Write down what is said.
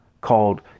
called